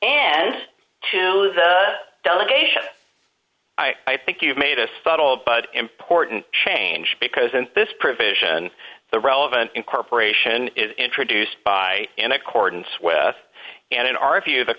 the delegation i think you've made a subtle but important change because in this provision the relevant incorporation is introduced by in accordance with and in our view